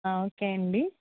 okay అండీ